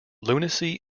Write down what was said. lunacy